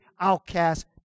outcast